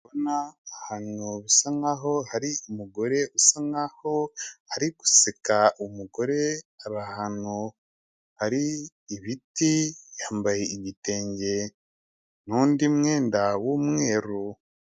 Kubona ahantu bisa nk'aho hari umugore usa nk'aho ari guseka. Umugore ari ahantu hari ibiti, yambaye igitenge n'undi mwenda w'umweru.